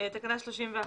תקנה 31,